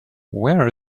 where